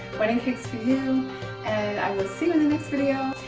wedding cakes for you and i will see you in the next video.